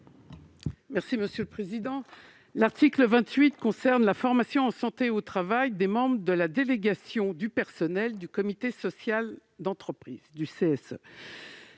Poncet Monge, sur l'article. L'article 28 concerne la formation en santé au travail des membres de la délégation du personnel du comité social d'entreprise.